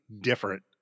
different